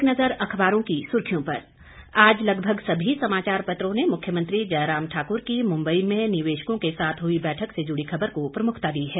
एक नज़र अखबारों की सुर्खियों पर आज लगभग सभी समाचार पत्रों ने मुख्यमंत्री जयराम ठाक्र की मुंबई में निवेशकों के साथ हई बैठक से जुड़ी खबर को प्रमुखता दी है